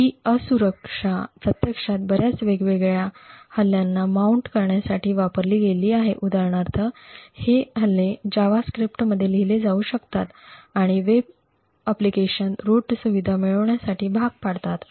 ही असुरक्षा प्रत्यक्षात बर्याच वेगवेगळ्या हल्ल्यांना माउंट करण्यासाठी वापरली गेली आहे उदाहरणार्थ हे हल्ले javascript मध्ये लिहिले जाऊ शकतात आणि वेब अनुप्रयोगांना रूट सुविधा मिळविण्यासाठी भाग पाडतात